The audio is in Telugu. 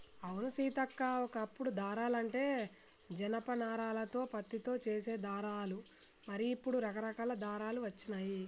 అవును సీతక్క ఓ కప్పుడు దారాలంటే జనప నారాలతో పత్తితో చేసే దారాలు మరి ఇప్పుడు రకరకాల దారాలు వచ్చినాయి